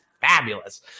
Fabulous